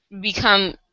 become